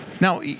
Now